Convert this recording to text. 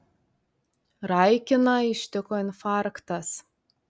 raikiną ištiko infarktas